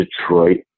Detroit